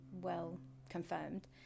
well-confirmed